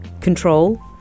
control